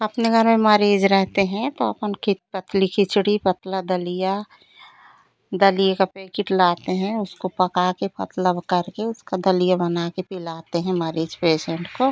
अपने घर में मरीज़ रहते हैं तो अपन पतली खिचड़ी पतला दलिया दलिए का पैकिट लाते हैं उसको पकाकर पतला वह करके उसका दलिया बनाकर पिलाते हैं मरीज़ पेशेंट को